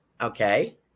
Okay